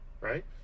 right